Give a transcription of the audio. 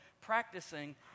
practicing